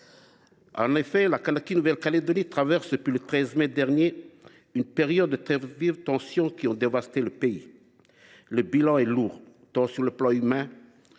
En effet, la Kanaky Nouvelle Calédonie est soumise, depuis le 13 mai dernier, à de très vives tensions, qui ont dévasté le pays. Le bilan est lourd tant sur le plan humain,